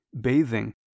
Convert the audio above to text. bathing